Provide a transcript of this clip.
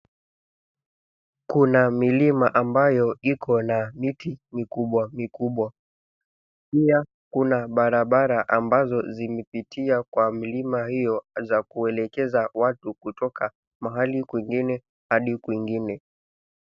Kuna milima ambayo ikona miti mikubwa mikubwa, Pia kuna barabara ambazo zilitipia kwa milima hio za kuelekeza watu kutoka mahali kwingine adi kwingine.